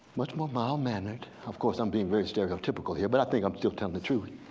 much more mild-mannered. of course, i'm being very stereotypical here, but i think i'm still telling the truth.